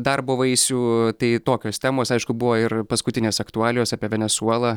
darbo vaisių tai tokios temos aišku buvo ir paskutinės aktualijos apie venesuelą